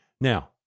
Now